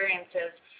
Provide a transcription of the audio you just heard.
experiences